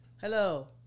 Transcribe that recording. Hello